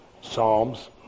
Psalms